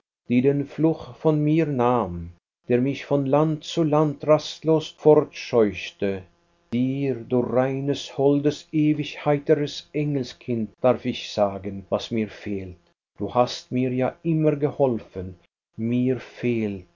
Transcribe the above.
die den fluch von mir nahm der mich von land zu land rastlos fortscheuchte dir du reines holdes ewig heiteres engelskind darf ich sagen was mir fehlt du hast mir ja immer geholfen mir fehlt sei